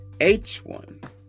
H1